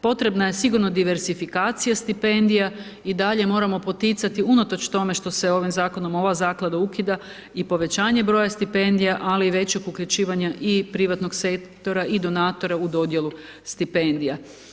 Potrebna je sigurno diversifikacija stipendija, i dalje moramo poticati unatoč tome što se ovim zakonom ova zaklada ukida i povećanje broja stipendija, ali i većeg uključivanja i privatnog sektora i donatora u dodjelu stipendija.